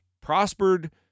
prospered